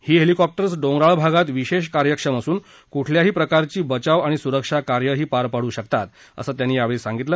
ही helicopters डोगंराळ भागात विशेष कार्यक्षम असून कुठल्याही प्रकारची बचाव आणि सुरक्षा कार्यही पार पाडू शकतात असं त्यांनी यावेळी सांगितलं